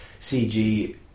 CG